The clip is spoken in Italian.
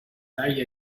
tagli